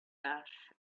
ash